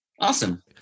Awesome